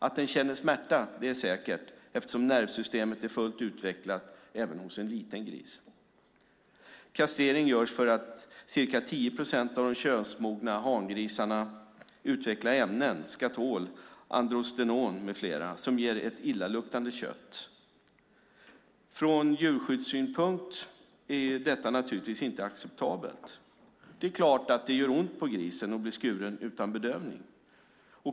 Att den känner smärta är säkert, eftersom nervsystemet är fullt utvecklat hos en liten gris. Kastreringen görs för att ca 10 procent av de könsmogna hangrisarna utvecklar ämnen - skatol, androstenon med flera - som ger ett illaluktande kött. Från djurskyddssynpunkt är detta naturligtvis inte acceptabelt. Det är klart att det gör ont på grisen att bli skuren utan bedövning.